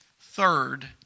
Third